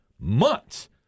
Months